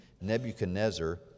Nebuchadnezzar